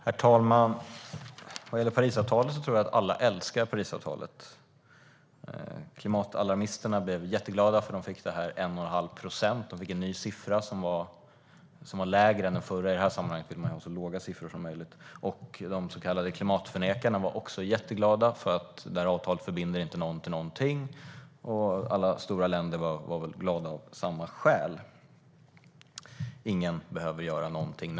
Herr talman! Jag tror att alla älskar Parisavtalet. Klimatalarmisterna blev jätteglada, för de fick 1 1⁄2 procent. De fick en ny siffra som var lägre än den förra - i det här sammanhanget vill man ha så låga siffror som möjligt. De så kallade klimatförnekarna var också jätteglada, för det här avtalet förbinder inte någon till någonting. Och alla stora länder var väl glada av samma skäl. Ingen behöver göra någonting.